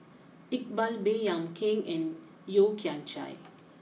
Iqbal Baey Yam Keng and Yeo Kian Chye